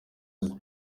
uzi